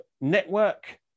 network